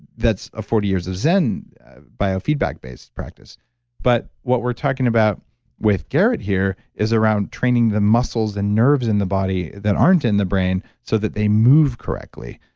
that's a forty years of zen biofeedback based practice but what we're talking about with garrett here is around training the muscles and nerves in the body that aren't in the brain so that they move correctly.